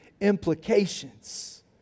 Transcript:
implications